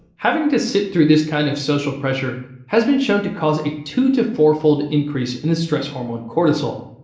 having to sit through this kind of social pressure has been shown to cause a two to four fold increase in the stress hormone cortisol.